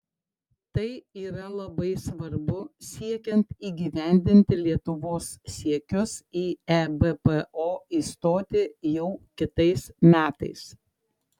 tai yra labai svarbu siekiant įgyvendinti lietuvos siekius į ebpo įstoti jau kitais metais